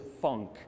funk